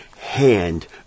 hand